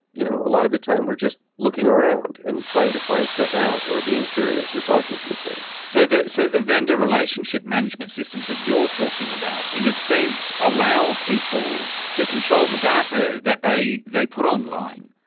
you know, a lot of the time we're just looking around and trying to find stuff out or being curious or talking to each other. so the so the vendor relationship management systems that you're talking about in a sense allow people to control the data that they they put online,